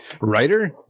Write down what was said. Writer